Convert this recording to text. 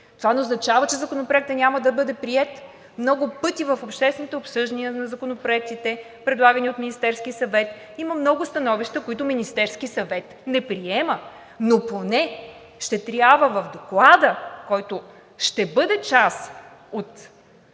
Това не означава, че законопроектът няма да бъде приет. Много пъти в обществените обсъждания на законопроектите, предлагани от Министерския съвет, има много становища, които Министерският съвет не приема, но поне ще трябва в доклада, който ще бъде част от